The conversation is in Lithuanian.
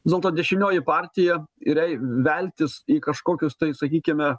vis dėlto dešinioji partija ir jai veltis į kažkokius tai sakykime